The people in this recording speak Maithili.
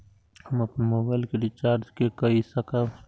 हम अपन मोबाइल के रिचार्ज के कई सकाब?